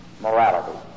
morality